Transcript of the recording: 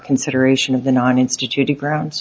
consideration of the nine instituting ground